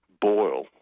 boil